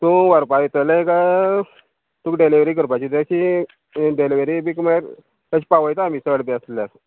तूं व्हरपा येतले काय तुका डॅलिवरी करपाची तेची डॅलिवरी बी म्हळ्यार तशें पावयता आमी चड बी आसल्यार